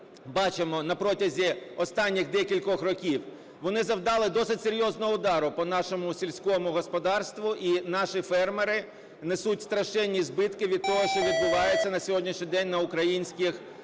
бачимо протягом останніх декількох років, вони завдали досить серйозного удару по нашому сільському господарству. І наші фермери несуть страшенні збитки від того, що відбувається на сьогоднішній день на українських землях, в тому числі